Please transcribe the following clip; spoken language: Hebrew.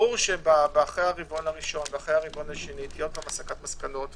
ברור שאחרי הרבעון הראשון והשני תהיה שוב הסקת מסקנות,